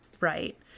right